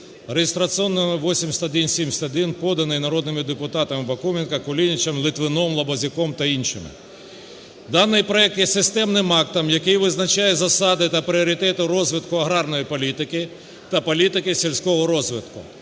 (реєстраційний номер 8171), поданий народними депутатами Бакуменком, Кулінічем, Литвином, Лабазюком та іншими. Даний проект є системним актом, який визначає засади та пріоритети розвитку аграрної політики та політики сільського розвитку.